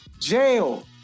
Jail